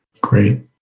Great